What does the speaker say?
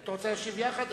אתה רוצה להשיב יחד?